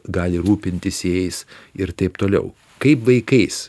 gali rūpintis jais ir taip toliau kaip vaikais